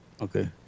Okay